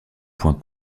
point